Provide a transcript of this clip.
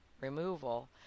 removal